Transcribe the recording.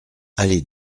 allée